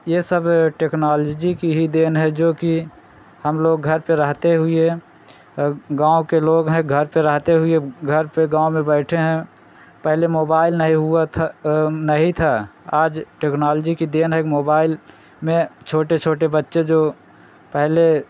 यह सब टेक्नॉलजी की ही देन है जो कि हम लोग घर पर रहते हुए गाँव के लोग हैं घर चलाते हुए घर पर गाँव में बैठे हैं पहले मोबाईल नहीं हुआ था नहीं था आज टेक्नॉलजी की देन है कि मोबाईल में छोटे छोटे बच्चे जो पहले